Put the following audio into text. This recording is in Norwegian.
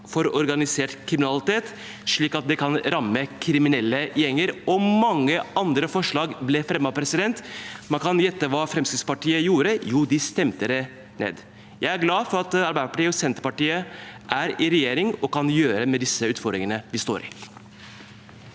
for organisert kriminalitet, slik at det kan ramme kriminelle gjenger, og mange andre forslag ble fremmet. Man kan gjette hva Fremskrittspartiet gjorde. Jo, de stemte det ned. Jeg er glad for at Arbeiderpartiet og Senterpartiet er i regjering og kan gjøre noe med disse utfordringene vi står i.